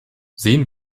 sehen